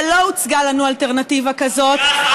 ולא הוצגה לנו אלטרנטיבה כזאת,